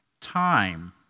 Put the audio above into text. time